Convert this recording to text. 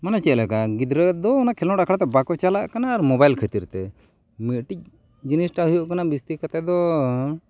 ᱢᱟᱱᱮ ᱪᱮᱫ ᱞᱮᱠᱟ ᱜᱤᱫᱽᱨᱟᱹ ᱫᱚ ᱚᱱᱟ ᱠᱷᱮᱞᱳᱰ ᱟᱠᱷᱟᱲᱟᱛᱮ ᱵᱟᱠᱚ ᱪᱟᱞᱟᱜ ᱠᱟᱱᱟ ᱟᱨ ᱢᱳᱵᱟᱭᱤᱞ ᱠᱷᱟᱹᱛᱤᱨ ᱛᱮ ᱢᱤᱫᱴᱤᱡ ᱡᱤᱱᱤᱥᱴᱟᱜ ᱦᱩᱭᱩᱜ ᱠᱟᱱᱟ ᱵᱤᱥᱛᱤ ᱠᱟᱛᱮᱫ ᱫᱚ